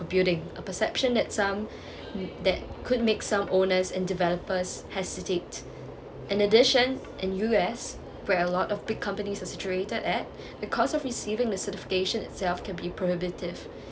a building a perception that some that could make some owners and developers hesitate in addition in U_S where a lot of big companies are situated at the cost of receiving the certification itself can be prohibitive